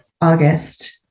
August